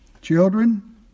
Children